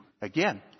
again